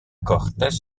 cortés